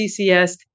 CCS